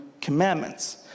commandments